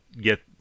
get